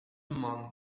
among